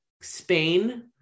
Spain